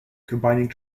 combining